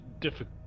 difficult